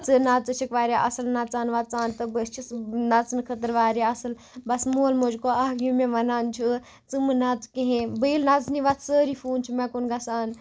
ژٕ نَژ ژٕ چھکھ واریاہ اصٕل نَژان وَژان تہٕ بہٕ چھس نَژنہٕ خٲطرٕ واریاہ اصل بَس مول موج گوٚو اَکھ یِم مے وَنان چھِ ژٕ مہٕ نَژ کِہیٖنۍ بہٕ ییٚلہِ نَژنہِ وتھہٕ سٲری فون چھِ مےٚ کُن گَژھان